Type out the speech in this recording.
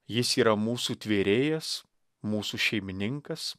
jis yra mūsų tvėrėjas mūsų šeimininkas